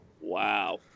Wow